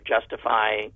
justify